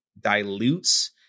dilutes